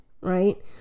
Right